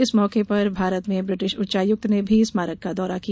इस मौके पर भारत में ब्रिटिश उच्चायुक्त ने भी स्मारक का दौरा किया